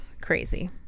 crazy